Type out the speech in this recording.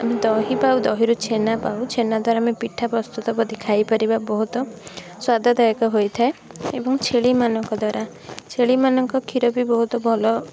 ଦହି ପାଉ ଦହିରୁ ଛେନା ପାଉ ଛେନା ଦ୍ଵାରା ଆମେ ପିଠା ପ୍ରସ୍ତୁତ କରି ଖାଇପାରିବା ବହୁତ ସ୍ଵାଦଦାୟକ ହୋଇଥାଏ ଏବଂ ଛେଳିମାନଙ୍କ ଦ୍ଵାରା ଛେଳିମାନଙ୍କ କ୍ଷୀର ବି ବହୁତ ଭଲ